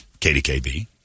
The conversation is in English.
KDKB